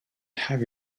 have